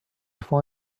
for